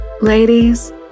Ladies